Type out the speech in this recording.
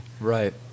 right